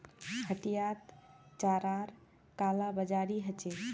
हटियात चारार कालाबाजारी ह छेक